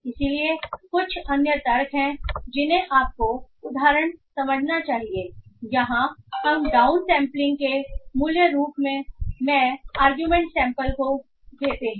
इसलिए कुछ अन्य तर्क हैं जिन्हें आपको उदाहरण समझना चाहिए यहां हम डाउन सेंपलिंग को मूल्य के रूप मैं आर्गुमेंट सैंपल को देते हैं